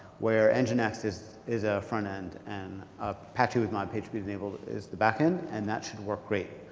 where enginex is is a front end and apache with mod pagespeed enabled is the back end, and that should work great.